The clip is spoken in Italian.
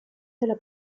dalla